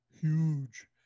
huge